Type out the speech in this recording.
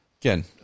again